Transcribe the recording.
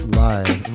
live